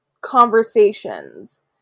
conversations